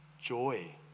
joy